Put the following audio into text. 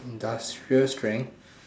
industrial strength